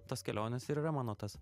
tos kelionės ir yra mano tas